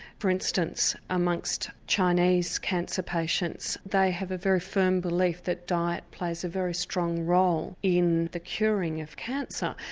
for instance, amongst chinese cancer patients, they have a very firm belief that diet plays a very strong role in the curing of cancer.